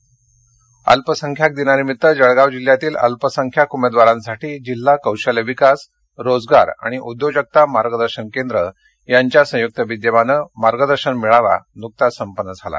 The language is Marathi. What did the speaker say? मेळावा जळगाव अल्पसंख्यांक दिनानिमित्त जळगाव जिल्ह्यातील अल्पसंख्यांक उमेदवारांसाठी जिल्हा कौशल्य विकास रोजगार आणि उद्योजकता मार्गदर्शन केंद्र यांच्या संयुक्त विद्यमानं मार्गदर्शन मेळावा नुकताच संपन्न झाला